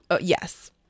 Yes